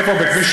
קצת להירגע.